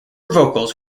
vocals